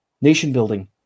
Nation-building